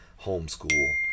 homeschool